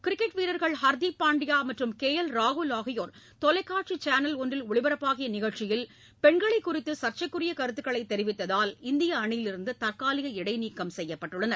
cricket வீரர்கள் ஹர்தீப் பாண்டியா மற்றும் K L ராகுல் ஆகியோர் தொலைக்காட்சி சேனல் ஒன்றில் ஒளிப்பரப்பாகிய நிகழ்ச்சியில் பெண்களை குறித்து சா்சைக்குரிய கருத்துக்களை தெரிவித்ததால் இந்திய அணியிலிருந்து தற்காலிக இடைநீக்கம் செய்யப்பட்டுள்ளனர்